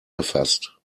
erfasst